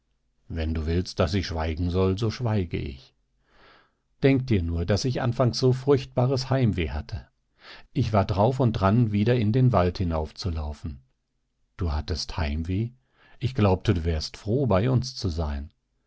wenn du willst daß ich schweigen soll so schweige ich denk dir nur daß ich anfangs so furchtbares heimweh hatte ich war drauf und dran wieder in den wald hinaufzulaufen du hattest heimweh ich glaubte du wärst froh bei uns zu sein